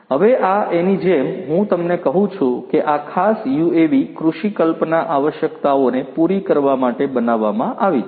હવે આ એની જેમ હું તમને કહું છું કે આ ખાસ યુએવી કૃષિ કલ્પના આવશ્યકતાઓને પૂરી કરવા માટે બનાવવામાં આવી છે